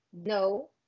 No